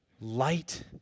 light